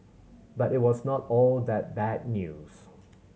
but it was not all that bad news